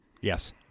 yes